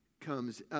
comes